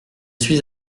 suis